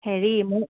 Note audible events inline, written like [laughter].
হেৰি [unintelligible]